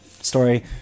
story